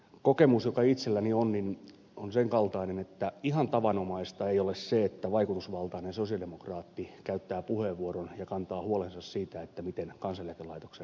kokemus joka itselläni on on sen kaltainen että ihan tavanomaista ei ole se että vaikutusvaltainen sosialidemokraatti käyttää puheenvuoron ja kantaa huolensa siitä miten kansaneläkelaitoksen rahoitus turvataan